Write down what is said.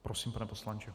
Prosím, pane poslanče.